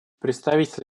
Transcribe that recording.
представитель